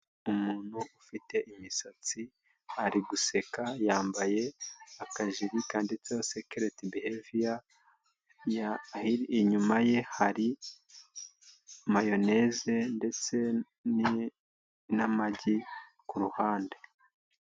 Umuntu ufite imisatsi ari guseka yambaye akajiri kanditseho sekeleti biheviya ya inyuma ye hari mayoneze ndetse n'amagi kuruhande.